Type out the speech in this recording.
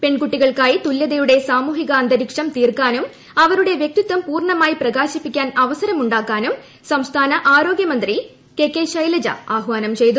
പെൺകുട്ടികൾക്കായി തുല്യതയുടെ സാമൂഹികാന്തരീക്ഷം തീർക്ക്റ്റും അവരുടെ വൃക്തിത്വം പൂർണമായി പ്രകാശിപ്പിക്കാൻ അവസരമുാക്കാനും സംസ്ഥാന ആരോഗ്യ മന്ത്രി കെ കെ ഷൈലജ ആഹാനം ചെയ്തു